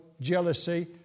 jealousy